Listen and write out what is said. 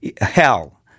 hell